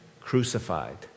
crucified